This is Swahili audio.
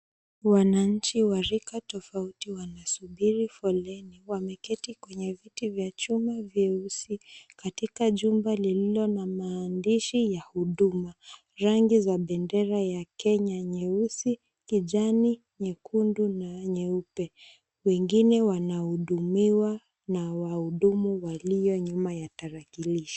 Wananchi wa rika tofauti wanasubiri foleni. Wameketi kwenye viti vya chuma vyeusi kiatika jumba lililo na maandishi ya huduma, rangi za bendera ya kenya nyeusi, kijani, nyekundu na ya nyeupe. Wengine wanahudumiwa na wahudumu walio nyuma ya tarakilishi.